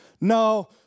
No